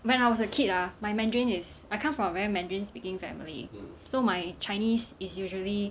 when I was a kid ah my mandarin is I come from a very mandarin speaking family so my chinese is usually